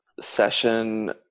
session